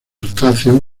crustáceos